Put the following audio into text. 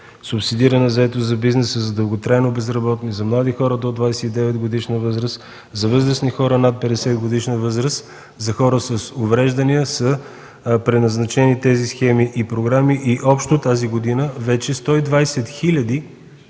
субсидирана заетост за бизнеса. За дълготрайно безработни, за млади хора до 29-годишна възраст, за възрастни хора над 50-годишна възраст, за хора с увреждания са предназначени тези схеми и програми и общо тази година вече 120 хиляди